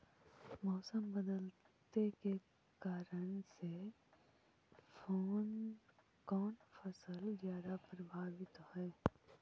मोसम बदलते के कारन से कोन फसल ज्यादा प्रभाबीत हय?